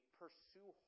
pursue